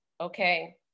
okay